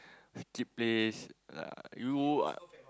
cheap place lah you uh